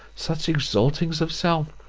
such exaltings of self!